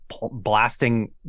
blasting